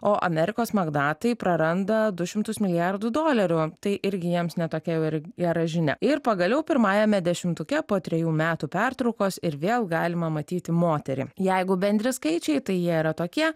o amerikos magnatai praranda du šimtus milijardų dolerių tai irgi jiems ne tokia jau ir gera žinia ir pagaliau pirmajame dešimtuke po trejų metų pertraukos ir vėl galima matyti moterį jeigu bendri skaičiai tai jie yra tokie